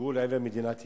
שוגרו לעבר מדינת ישראל.